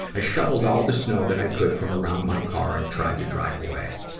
i shoveled all the snow that i could from around my car and tried to drive away.